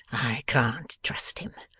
i can't trust him.